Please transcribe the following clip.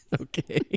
Okay